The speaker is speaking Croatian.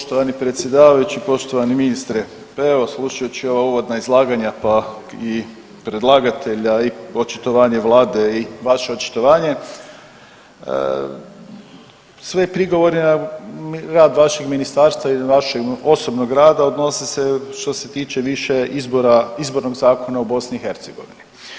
Poštovani predsjedavajući, poštovani ministre pa evo slušajući ova uvodna izlaganja pa i predlagatelja i očitovanje vlade i vaše očitovanje svi prigovori na rad vašeg ministarstva i vaše osobnog rada odnose se što se tiče više izbora, izbornog zakona u BiH.